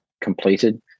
completed